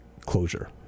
closure